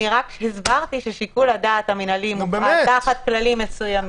אני רק הסברתי ששיקול הדעת המנהלי מופעל תחת כללים מסוימים.